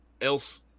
else